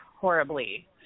horribly